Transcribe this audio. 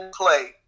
play